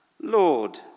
Lord